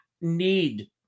need